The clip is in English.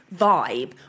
vibe